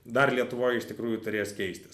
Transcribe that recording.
dar lietuvoj iš tikrųjų turės keistis